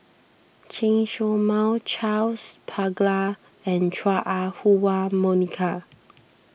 Chen Show Mao Charles Paglar and Chua Ah Huwa Monica